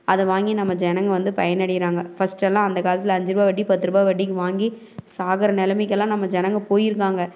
அதை வாங்கி நம்ம ஜனங்க வந்து பயன் அடைகிறாங்க ஃபஸ்ட்டெல்லாம் அந்த காலத்தில் அஞ்சு ரூபா வட்டி பத்து ரூபா வட்டிக்கு வாங்கி சாகிற நிலமைக்கலாம் நம்ம ஜனங்கள் போயிருக்காங்க